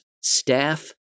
Staff